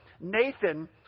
Nathan